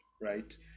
right